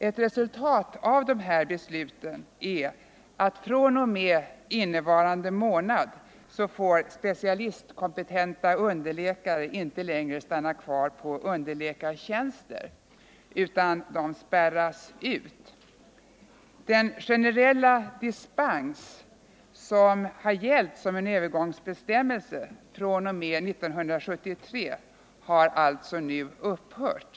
Ett resultat av dessa beslut är att fr.o.m. innevarande månad 13 november 1974 får specialistkompetenta underläkare inte längre stanna kvar på underläkartjänster, utan de spärras ut. Den generella dispens som har gällt — Tjänster för som en övergångsbestämmelse fr.o.m. 1973 har alltså nu upphört.